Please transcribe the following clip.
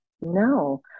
no